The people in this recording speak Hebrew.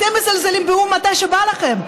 אתם מזלזלים באו"ם מתי שבא לכם,